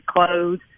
clothes